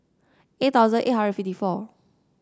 eight thousand eight hundred fifty four